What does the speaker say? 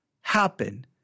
happen